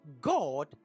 God